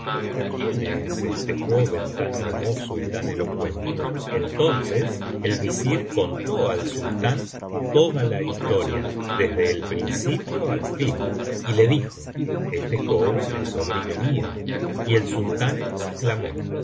quién es este joven tan hermoso y tan elocuente entonces el visir contó al sultán toda la historia desde el principio al fin y le dijo este joven es sobrino mío y el sultán exclamó